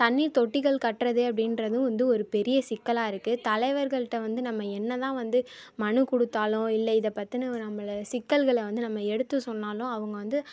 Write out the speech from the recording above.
தண்ணீர் தொட்டிகள் கட்டுறது அப்படின்றதும் வந்து ஒரு பெரிய சிக்கலாக இருக்குது தலைவர்கள் கிட்டே வந்து நம்ம என்ன தான் வந்து மனு கொடுத்தாலும் இல்லை இதை பற்றின நம்மளை சிக்கல்களை வந்து நம்ம எடுத்து சொன்னாலும் அவங்க வந்து